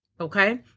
Okay